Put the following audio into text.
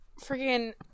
freaking